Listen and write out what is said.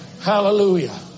hallelujah